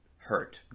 Hurt